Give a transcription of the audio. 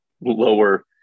lower